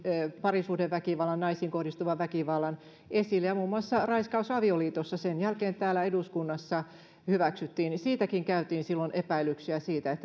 parisuhdeväkivallan naisiin kohdistuvan väkivallan esille ja muun muassa raiskaus avioliitossa sen jälkeen täällä eduskunnassa hyväksyttiin lakiin silloinkin käytiin läpi epäilyksiä siitä